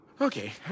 Okay